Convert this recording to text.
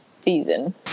season